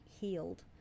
healed